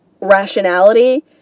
rationality